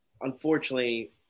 unfortunately